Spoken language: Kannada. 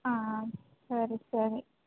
ಹಾಂ ಸರಿ ಸರಿ